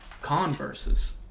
Converses